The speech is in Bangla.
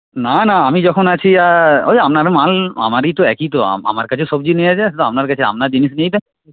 না না আমি যখন আছি আর ওই আপনার মাল আমারই তো একই তো আমার কাছে সবজি নেওয়া যা সে তো আপনার কাছে আপনার জিনিস নিয়েই